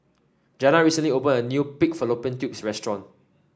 Jana recently opened a new Pig Fallopian Tubes restaurant